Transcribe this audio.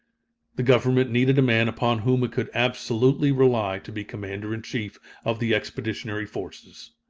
the government needed a man upon whom it could absolutely rely to be commander-in-chief of the expeditionary forces.